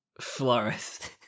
florist